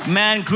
man